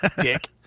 Dick